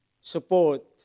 support